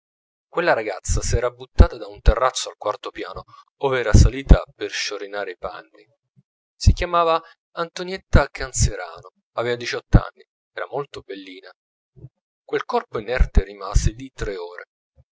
quella ragazza s'era buttata da un terrazzo al quarto piano ove era salita per sciorinare i panni si chiamava antonietta canserano aveva diciotto anni era molto bellina quel corpo inerte rimase lì tre ore